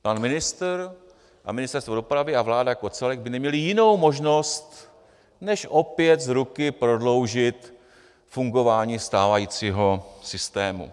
Pan ministr a Ministerstvo dopravy a vláda jako celek by neměli jinou možnost než opět z ruky prodloužit fungování stávajícího systému.